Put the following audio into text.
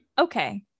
okay